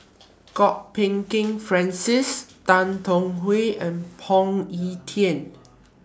Kwok Peng Kin Francis Tan Tong Hye and Phoon Yew Tien